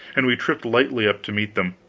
and we tripped lightly up to meet them.